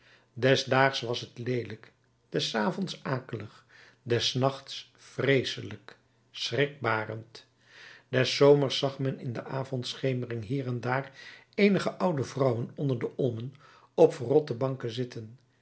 des daags was het leelijk des avonds akelig des nachts vreeselijk schrikbarend des zomers zag men in de avondschemering hier en daar eenige oude vrouwen onder de olmen op verrotte banken zitten